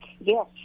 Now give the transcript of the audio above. yes